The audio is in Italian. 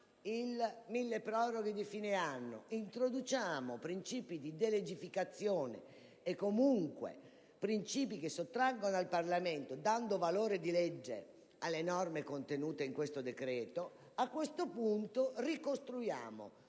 il milleproroghe di fine anno introduciamo principi di delegificazione e comunque principi che sottraggono al Parlamento, dando loro valore di legge, le norme contenute in tale decreto, a questo punto ricostruiamo,